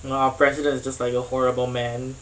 you know our president is just like a horrible man